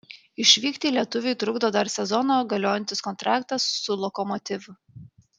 išvykti lietuviui trukdo dar sezoną galiojantis kontraktas su lokomotiv